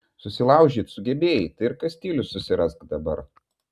susilaužyt sugebėjai tai ir kastilius susirask dabar